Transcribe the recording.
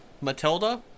Matilda